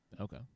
Okay